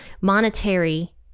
monetary